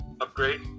upgrade